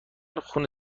خون